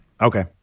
Okay